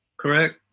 Correct